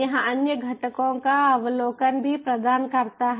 यह अन्य घटकों का अवलोकन भी प्रदान करता है